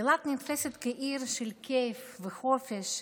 אילת נתפסת כעיר של כיף וחופש,